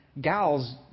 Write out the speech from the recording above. gals